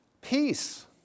peace